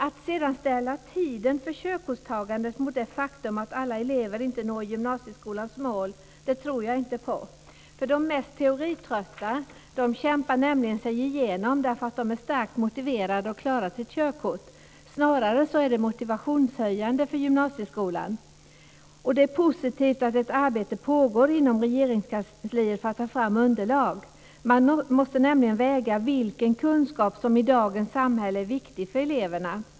Att sedan ställa tiden för körkortstagandet mot det faktum att alla elever inte når gymnasieskolans mål tror jag inte på - de mest teoritrötta kämpar sig nämligen igenom därför att de är starkt motiverade att klara sitt körkort - utan snarare är det motivationshöjande för gymnasieskolan. Det är positivt att ett arbete pågar inom Regeringskansliet för att ta fram underlag. Man måste nämligen väga vilken kunskap som i dagens samhälle är viktig för eleverna.